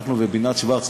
אנחנו ובינת שוורץ,